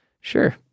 Sure